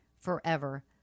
Forever